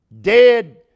dead